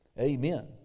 Amen